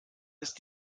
ist